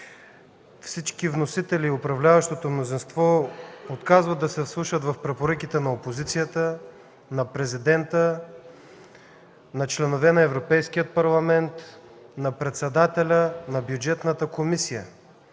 Всички вносители и управляващото мнозинство отказват да се вслушат в препоръките на опозицията, на президента, на членове на Европейския парламент, на председателя на Бюджетната комисия.